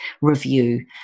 review